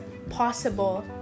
possible